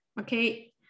okay